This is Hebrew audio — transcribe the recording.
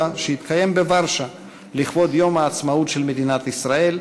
שהתקיים בוורשה לכבוד יום העצמאות של מדינת ישראל,